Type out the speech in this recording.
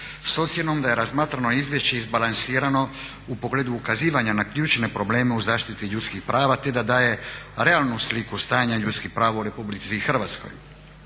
s ocjenom da je razmatrano izvješće izbalansirano u pogledu ukazivanja na ključne probleme u zaštiti ljudskih prava te da daje realnu sliku stanja ljudskih prava u RH.